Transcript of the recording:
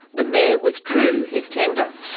the mayor withdrew his tender,